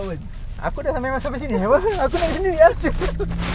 try ingat yang kau K aku park kereta kau turun nak pergi Courts